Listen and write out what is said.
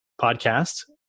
podcast